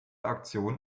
aktion